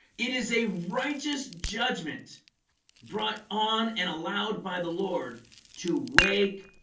it is a righteous judgment brought on and allowed by the lord to wake